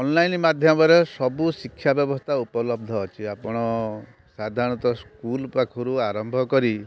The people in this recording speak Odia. ଅନଲାଇନ୍ ମାଧ୍ୟମରେ ସବୁ ଶିକ୍ଷା ବ୍ୟବସ୍ଥା ଉପଲବ୍ଧ ଅଛି ଆପଣ ସାଧାରଣତଃ ସ୍କୁଲ୍ ପାଖରୁ ଆରମ୍ଭ କରି